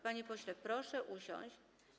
Panie pośle, proszę usiąść.